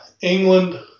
England